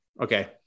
Okay